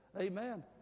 Amen